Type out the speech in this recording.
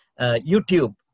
YouTube